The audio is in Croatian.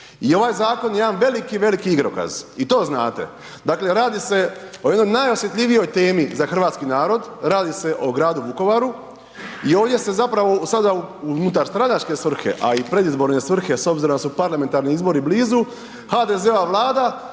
I ovaj zakon je jedan veliki, veliki igrokaz. I to znate. Dakle, radi se o jednoj najosjetljivijoj temi za hrvatski narod, radi se o gradu Vukovaru i ovdje se zapravo, sada unutarstranačke svrhe, a i predizborne svrhe s obzirom da su parlamentarni izbori blizu, HDZ-ova Vlada